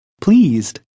pleased